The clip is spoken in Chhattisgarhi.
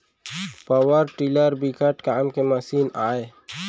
पवर टिलर बिकट काम के मसीन आय